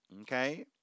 Okay